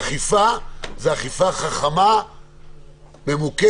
אכיפה זה אכיפה חכמה, ממוקדת,